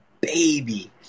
baby